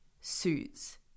suits